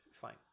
fine